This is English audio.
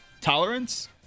tolerance